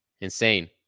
Insane